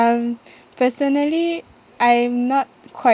um personally I'm not quite